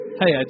hey